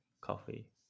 coffee